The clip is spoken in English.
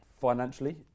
financially